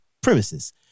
premises